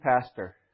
pastor